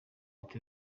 ati